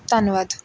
ਧੰਨਵਾਦ